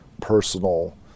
personal